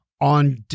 on